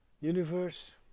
universe